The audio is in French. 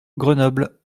grenoble